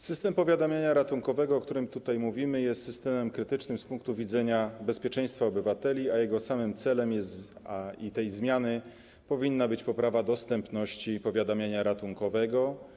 System powiadamiania ratunkowego, o którym tutaj mówimy, jest systemem krytycznym z punktu widzenia bezpieczeństwa obywateli, a jego celem, celem tej zmiany powinna być poprawa dostępności powiadamiania ratunkowego.